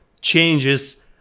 changes